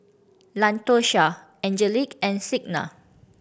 Latosha Angelic and Signa